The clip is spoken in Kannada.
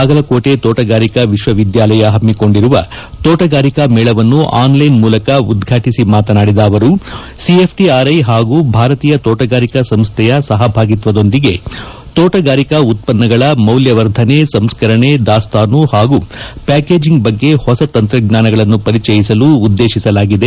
ಬಾಗಲಕೋಟಿ ತೋಟಗಾರಿಕಾ ವಿಶ್ವವಿದ್ಯಾಲಯ ಹಮ್ಮಿಕೊಂಡಿರುವ ತೋಟಗಾರಿಕಾ ಮೇಳವನ್ನು ಆನ್ಲೈನ್ ಮೂಲಕ ಉದ್ವಾಟಿಸಿ ಮಾತನಾದಿದ ಅವರು ಸಿಎಫ್ಟಿಆರ್ಐ ಹಾಗೂ ಭಾರತೀಯ ತೋಟಗಾರಿಕಾ ಸಂಸ್ಥೆಯ ಸಹಭಾಗಿತ್ವದೊಂದಿಗೆ ತೋಟಗಾರಿಕಾ ಉತ್ವನ್ನಗಳ ಮೌಲ್ಯವರ್ಧನೆ ಸಂಸ್ಕರಣೆ ದಾಸ್ತಾನು ಹಾಗೂ ಪ್ಯಾಕೇಜಿಂಗ್ ಬಗ್ಗೆ ಹೊಸ ತಂತ್ರಜ್ಞಾನಗಳನ್ನು ಪರಿಚಯಿಸಲು ಉದ್ದೇಶಿಸಲಾಗಿದೆ